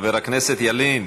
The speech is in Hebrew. חבר הכנסת ילין,